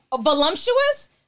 voluptuous